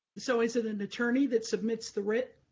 so is it an attorney that submits the writ?